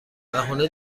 بهونه